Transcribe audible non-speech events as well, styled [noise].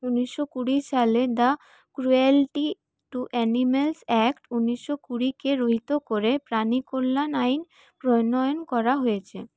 উনিশশো কুড়ি সালে the cruelty to animals act উনিশশো কুড়িকে [unintelligible] করে প্রাণী কল্যাণ আইন প্রণয়ন করা হয়েছে